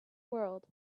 world